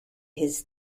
his